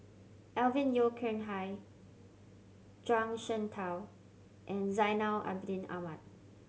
Alvin Yeo Khirn Hai Zhuang Shengtao and Zainal Abidin Ahmad